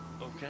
Okay